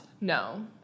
no